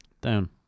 Down